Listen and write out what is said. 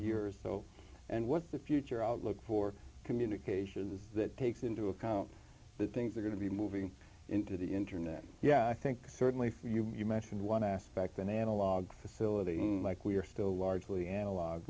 years and what the future outlook for communications is that takes into account that things are going to be moving into the internet yeah i think certainly for you you mentioned one aspect an analog facility like we're still largely analog